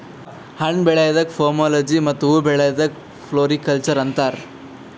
ಹಣ್ಣ್ ಬೆಳ್ಯಾದಕ್ಕ್ ಪೋಮೊಲೊಜಿ ಮತ್ತ್ ಹೂವಾ ಬೆಳ್ಯಾದಕ್ಕ್ ಫ್ಲೋರಿಕಲ್ಚರ್ ಅಂತಾರ್